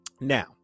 Now